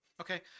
Okay